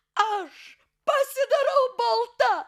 aš pasidarau balta